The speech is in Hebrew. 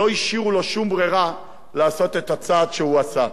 שלא השאירו לו שום ברירה אלא לעשות את הצעד שהוא עשה.